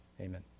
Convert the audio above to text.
Amen